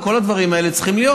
וכל הדברים האלה צריכים להיות.